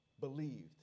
believed